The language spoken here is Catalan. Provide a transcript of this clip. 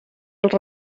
els